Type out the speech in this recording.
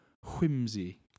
whimsy